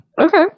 Okay